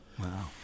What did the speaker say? Wow